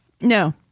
No